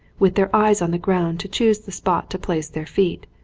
with their eyes on the ground to choose the spot to place their feet,